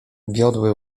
wiodły